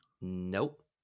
Nope